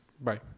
Bye